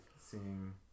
seeing